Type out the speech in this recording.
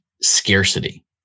scarcity